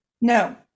No